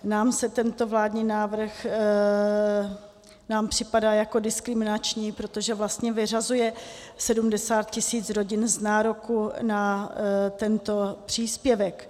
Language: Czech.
Nám tento vládní návrh připadá jako diskriminační, protože vlastně vyřazuje 70 tisíc rodin z nároku na tento příspěvek.